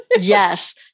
Yes